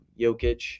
Jokic